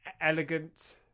elegant